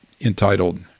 entitled